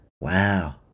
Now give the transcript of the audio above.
Wow